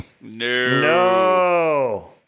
No